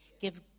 give